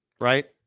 Right